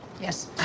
Yes